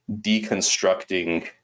deconstructing